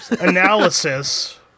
analysis